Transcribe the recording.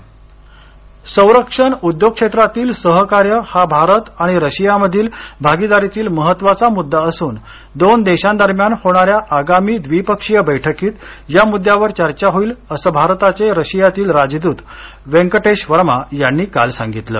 Bharat Russia परिषद संरक्षण उद्योग क्षेत्रातील सहकार्य हा भारत आणि रशियामधील भागीदारीतील महत्वाचा मुद्दा असून दोन देशांदरम्यान होणाऱ्या आगामी द्विपक्षीय बैठकीत या मुद्यावर चर्चा होईल असं भारताचे रशियातील राजदूत वेंकटेश वर्मा यांनी काल सांगितलं